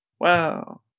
Wow